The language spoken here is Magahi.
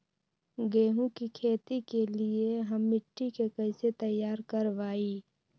गेंहू की खेती के लिए हम मिट्टी के कैसे तैयार करवाई?